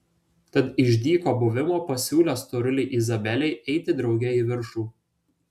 tad iš dyko buvimo pasiūlė storulei izabelei eiti drauge į viršų